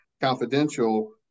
Confidential